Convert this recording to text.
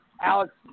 Alex